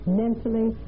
mentally